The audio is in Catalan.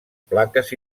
plaques